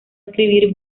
escribir